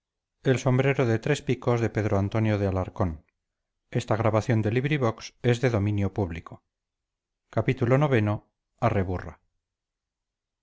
del sombrero de tres picos son